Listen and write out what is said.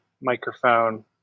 microphone